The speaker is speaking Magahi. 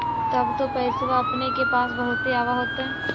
तब तो पैसबा अपने के पास बहुते आब होतय?